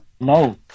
No